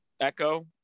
Echo